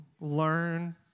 learn